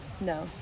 no